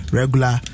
regular